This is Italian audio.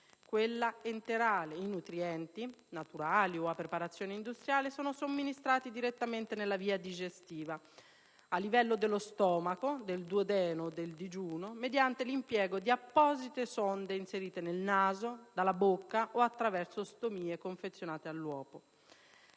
quella enterale i nutrienti (naturali o a preparazione industriale) sono somministrati direttamente nella via digestiva a livello dello stomaco, del duodeno o del digiuno, mediante l'impiego di apposite sonde inserite dal naso, dalla bocca o attraverso stomie confezionate all'uopo.